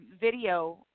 video